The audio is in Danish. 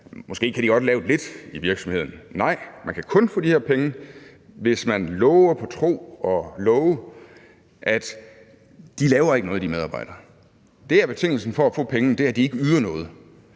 måske godt kan lave lidt i virksomheden. Nej, man kan kun få de her penge, hvis man lover på tro og love, at de medarbejdere ikke laver noget. Det er betingelsen for at få pengene, at de ikke yder noget.